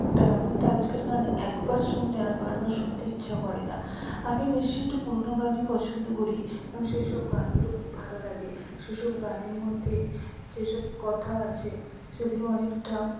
একটা গান কিন্তু আজকের গান একবার শুনলে আর বারবার শুনতে ইচ্ছা করে না আমি বেশি একটু পুরোনো গানই পছন্দ করি কারণ সেই সব গানগুলো খুব ভালো লাগে সেসব গানের মধ্যে যেসব কথা আছে সেগুলো অনেকটা